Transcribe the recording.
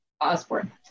Osborne